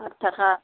आट थाखा